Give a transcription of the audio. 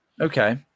okay